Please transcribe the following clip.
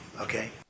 Okay